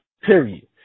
period